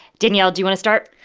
danielle, do you want start?